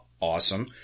Awesome